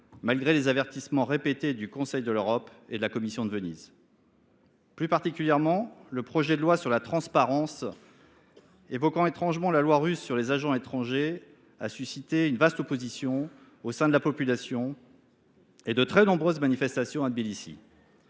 malgré les avertissements répétés du Conseil de l’Europe et de la Commission de Venise. Plus particulièrement, le projet de loi sur la transparence de l’influence étrangère, évoquant étrangement la loi russe sur les agents étrangers, a suscité une vaste opposition au sein de la population et de très nombreuses manifestations à Tbilissi.